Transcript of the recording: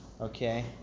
Okay